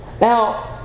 Now